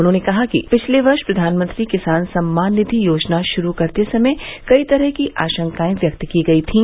उन्होंने कहा कि पिछले वर्ष प्रधानमंत्री किसान सम्मान निधि योजना शुरू करते समय कई तरह की आशंकाएं व्यक्त की गई थी